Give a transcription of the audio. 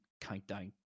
countdown